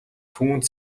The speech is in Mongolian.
түүнд